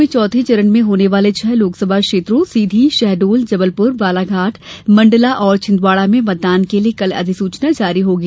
प्रदेश में चौथे चरण में होने वाले छह लोकसभा क्षेत्रों सीधी शहडोल जबलपुर बालाघाट मंडला और छिन्दवाडा में मतदान के लिए कल अधिसूचना जारी होगी